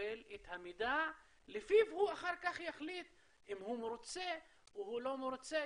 לקבל את המידע לפיו הוא אחר כך יחליט אם הוא מרוצה או לא מרוצה.